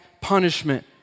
punishment